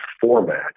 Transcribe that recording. format